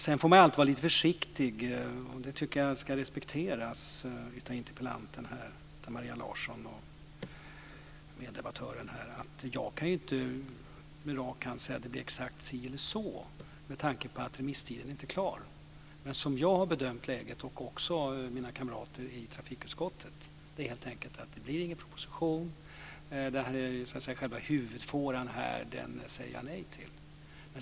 Man får vara lite försiktig. Det tycker jag ska respekteras av interpellanten Maria Larsson och meddebattören. Jag kan inte på rak arm säga exakt hur det blir, med tanke på att remissomgången inte är klar. Som jag och mina kamrater i trafikutskottet har bedömt läget blir det ingen proposition. Jag säger nej till själva huvudfåran i utredningen.